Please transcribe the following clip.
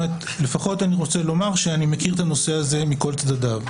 לפחות אני רוצה לומר שאני מכיר את הנושא הזה מכל צדדיו.